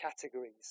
categories